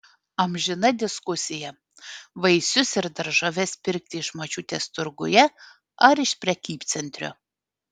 amžina diskusija vaisius ir daržoves pirkti iš močiutės turguje ar iš prekybcentrio